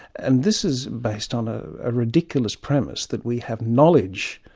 and this is based on a ah ridiculous premise that we have knowledge,